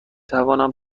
توانم